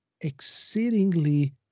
exceedingly